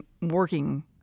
working